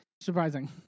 Surprising